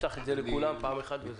נפתח את זה לכולם פעם אחת וזהו.